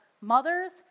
mothers